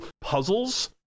puzzles